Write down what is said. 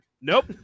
Nope